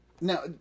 Now